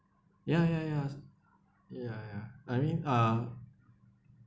ya ya ya ya ya I mean uh